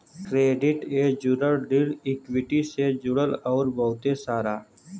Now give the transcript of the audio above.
credit ए जुड़ल, ऋण इक्वीटी से जुड़ल अउर बहुते सारा